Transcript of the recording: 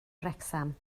wrecsam